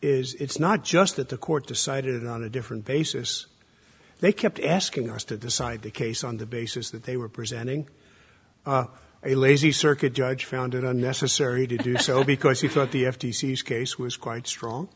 is it's not just that the court decided on a different basis they kept asking us to decide the case on the basis that they were presenting a lazy circuit judge found it unnecessary to do so because he thought the f t c as case was quite strong